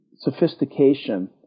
sophistication